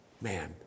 man